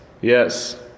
Yes